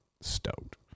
Stoked